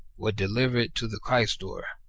were delivered to the quaestor.